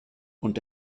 und